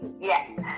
Yes